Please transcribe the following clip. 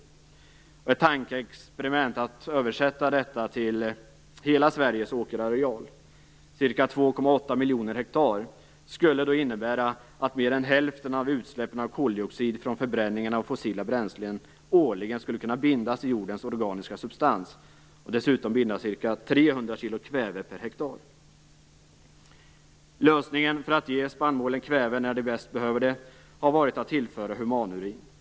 Enligt ett tankeexperiment att översätta detta till hela Sveriges åkerareal, ca 2,8 miljoner hektar, skulle det innebära att mer än hälften av utsläppen av koldioxid från förbränningen av fossila bränslen årligen skulle kunna bindas i jordens organiska substans och dessutom binda ca 300 kilo kväve per hektar. Lösningen för att ge spannmålen kväve när de bäst behöver det har varit att tillföra humanurin.